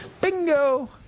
Bingo